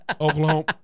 Oklahoma